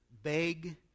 Beg